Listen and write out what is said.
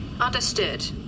Understood